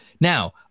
Now